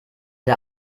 der